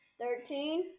Thirteen